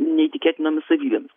neįtikėtinomis savybėmis